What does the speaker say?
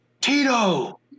Tito